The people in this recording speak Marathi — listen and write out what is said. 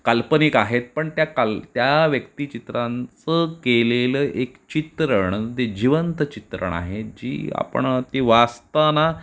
काल्पनिक आहेत पण त्या काल त्या व्यक्तिचित्रांचं केलेलं एक चित्रण ते जिवंत चित्रण आहे जी आपण ती वाचताना